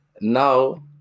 now